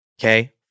okay